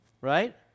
right